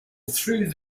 through